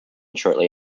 shortly